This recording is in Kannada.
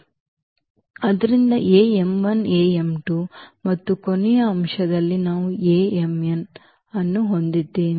ಆದ್ದರಿಂದ ಮತ್ತು ಕೊನೆಯ ಅಂಶದಲ್ಲಿ ನಾವು ಅನ್ನು ಹೊಂದಿದ್ದೇವೆ